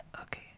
Okay